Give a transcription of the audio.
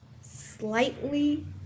slightly